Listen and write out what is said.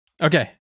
Okay